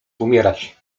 umierać